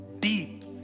deep